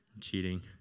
cheating